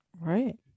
right